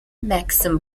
maxim